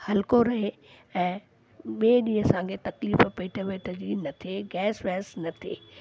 हलको रहे ऐं ॿिए ॾींहं असांखे तकलीफ़ पेट वेट जी न थिए गैस वैस न थिए